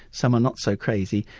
some are not so crazy,